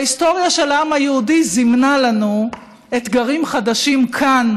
ההיסטוריה של העם היהודי זימנה לנו אתגרים חדשים כאן,